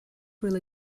really